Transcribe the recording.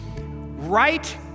Right